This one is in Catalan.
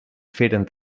feren